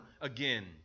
again